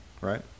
right